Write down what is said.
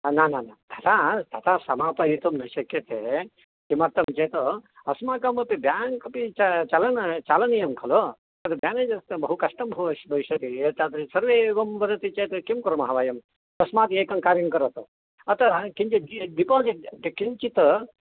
न न न न तथा समापयितुं न शक्यते किमर्थञ्चेत् अस्माकम् अपि बेङ्क् अपि चालनीयं खलु तद् मेनेजरस्य बहुकष्टं भव् भविष्यति एतादृशं सर्वे एवं वदति चेत् किं कुर्मः वयं तस्मात् एकं कार्यं करोतु अतः किञ्चित् डि डिपोज़िट् किञ्चित्